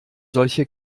solche